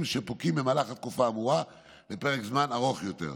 שפוקעים במהלך התקופה האמורה לפרק זמן ארוך יותר,